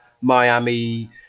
miami